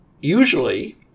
usually